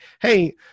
Hey